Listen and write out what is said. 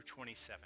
27